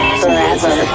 forever